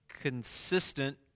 consistent